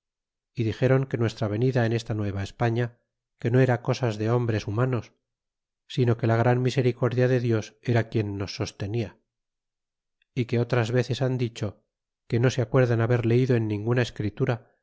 y dixéron que nuestra venida en esta nueva españa que no eran cosas de hombres humanos sino que la gran misericordia de dios era quien nos sostenia é que otras veces han dicho que no se acuerdan haber leido en ninguna escritura